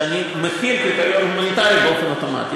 שאני מחיל קריטריון הומניטרי באופן אוטומטי.